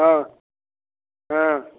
हँ हँ